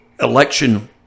election